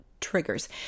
Triggers